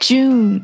June